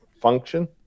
function